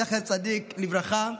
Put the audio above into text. זכר צדיק לברכה.